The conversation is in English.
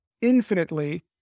infinitely